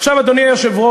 עכשיו, אדוני היושב-ראש,